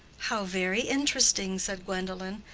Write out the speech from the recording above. how very interesting! said gwendolen.